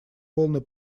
полный